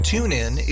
TuneIn